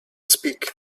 speak